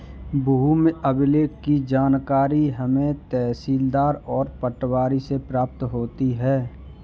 भूमि अभिलेख की जानकारी हमें तहसीलदार और पटवारी से प्राप्त होती है